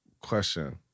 Question